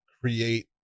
create